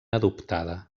adoptada